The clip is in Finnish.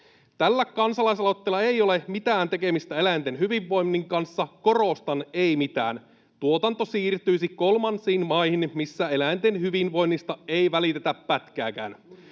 Tällä kansalaisaloitteella ei ole mitään tekemistä eläinten hyvinvoinnin kanssa — korostan: ei mitään. Tuotanto siirtyisi kolmansiin maihin, missä eläinten hyvinvoinnista ei välitetä pätkääkään.